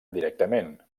directament